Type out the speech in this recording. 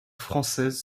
françaises